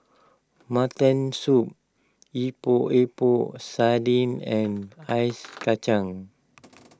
Mutton Soup Epok Epok Sardin and Ice Kacang